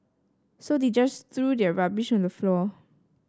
so they just threw their rubbish on the floor